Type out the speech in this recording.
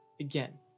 again